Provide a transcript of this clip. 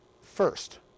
first